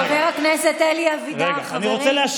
חבר הכנסת אבידר, רגע, רגע, רגע.